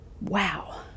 wow